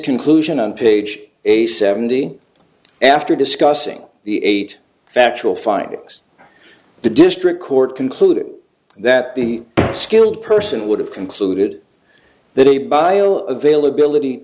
conclusion on page eighty seventy after discussing the eight factual findings the district court concluded that the skilled person would have concluded that a bio availability